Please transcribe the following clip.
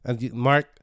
Mark